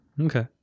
Okay